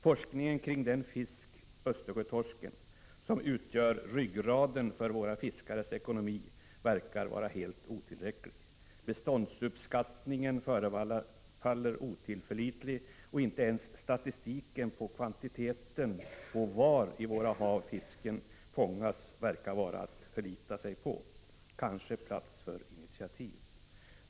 Forskningen kring den fisk, Östersjötorsken, som utgör ryggraden för våra fiskares ekonomi, verkar vara helt otillräcklig. Beståndsuppskattningen förefaller otillförlitlig, och inte ens statistiken över kvantiteten och var i våra hav fisken fångas verkar vara att förlita sig på. Kanske plats för initiativ.